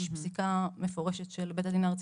יש פסיקה מפורשת של בית הדין הארצי